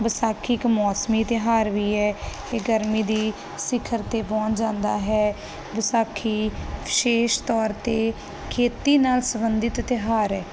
ਵਿਸਾਖੀ ਇੱਕ ਮੌਸਮੀ ਤਿਉਹਾਰ ਵੀ ਹੈ ਕਿ ਗਰਮੀ ਦੀ ਸਿਖਰ ਤੇ ਪਹੁੰਚ ਜਾਂਦਾ ਹੈ ਵਿਸਾਖੀ ਵਿਸ਼ੇਸ਼ ਤੌਰ ਤੇ ਖੇਤੀ ਨਾਲ ਸੰਬੰਧਿਤ ਤਿਉਹਾਰ